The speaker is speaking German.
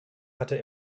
hatte